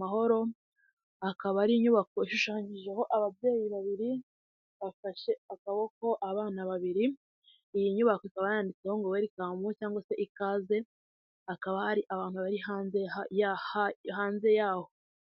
mahoro, akaba ari inyubako ishushanyijeho ababyeyi babiri bafashe akaboko abana babiri, iyi nyubako ikaba yanditseho ngo werikamu cyangwa se ikaze, hakaba hari abantu bari hanze hanze yaho.